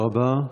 תודה רבה.